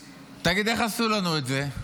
תגיד: איך עשו לנו את זה?